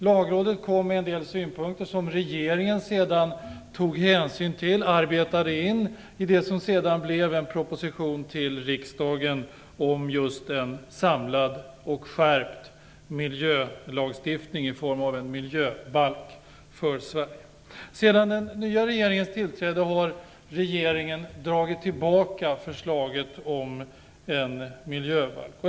Lagrådet lämnade en del synpunkter som regeringen sedan tog hänsyn till och arbetade in i det som sedan blev en proposition till riksdagen om just en samlad och skärpt miljölagstiftning i form av en miljöbalk för Sedan den nya regeringens tillträde har förslaget om en miljöbalk dragits tillbaka.